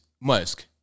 Musk